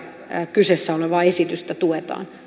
kyseessä olevaa esitystä tuetaan